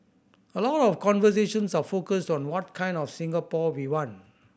a lot of conversations are focused on what kind of Singapore we want